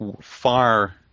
far